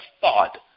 thought